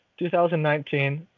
2019